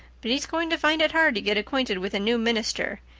but he's going to find it hard to get acquainted with a new minister,